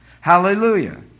hallelujah